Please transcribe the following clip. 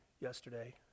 yesterday